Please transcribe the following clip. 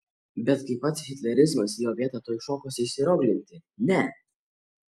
bet kai pats hitlerizmas į jo vietą tuoj šokosi įsirioglinti ne